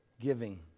giving